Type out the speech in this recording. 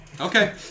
Okay